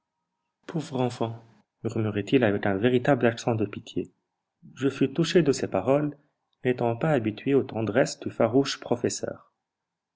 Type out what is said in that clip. pauvre enfant murmura-t-il avec un véritable accent de pitié je fus touché de ces paroles n'étant pas habitué aux tendresses du farouche professeur